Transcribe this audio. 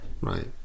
Right